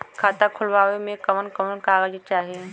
खाता खोलवावे में कवन कवन कागज चाही?